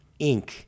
Inc